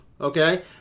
Okay